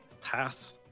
Pass